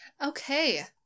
Okay